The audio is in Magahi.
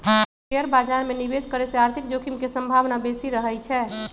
शेयर बाजार में निवेश करे से आर्थिक जोखिम के संभावना बेशि रहइ छै